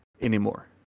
anymore